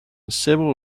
several